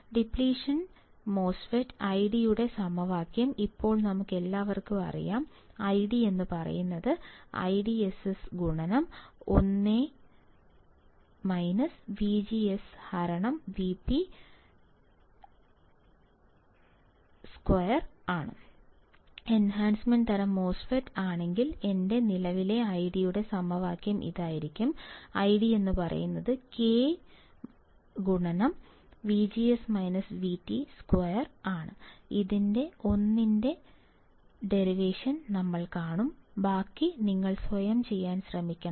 depletion MOSFET IDയുടെ സമവാക്യം ഇപ്പോൾ നമുക്കെല്ലാവർക്കും അറിയാം ID IDSS 1 VGSVp2 എൻഹാൻസ്മെൻറ് തരം മോസ്ഫെറ്റ് ആണെങ്കിൽ എന്റെ നിലവിലെ IDയുടെ സമവാക്യം ഇതായിരിക്കും ID K 2 ഇതിന്റെ ഒന്നിൻറെ ഡെറിവേഷൻ നമ്മൾ കാണും ബാക്കി നിങ്ങൾ സ്വയം ചെയ്യാൻ ശ്രമിക്കണം